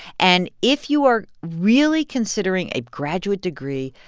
and if you are really considering a graduate degree,